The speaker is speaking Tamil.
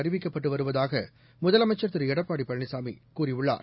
அறிவிக்கப்பட்டுவருவதாகமுதலமைச்சர் திருஎடப்பாடிபழனிசாமிகூறியுள்ளார்